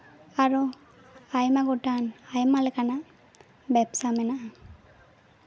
ᱟᱨᱚ ᱟᱭᱢᱟ ᱜᱚᱴᱟᱱ ᱟᱭᱢᱟ ᱞᱮᱠᱟᱱᱟᱜ ᱵᱮᱵᱥᱟ ᱢᱮᱱᱟᱜᱼᱟ